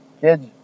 Kids